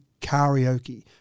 karaoke